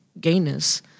gayness